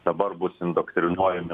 dabar bus indoktrinuojami